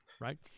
right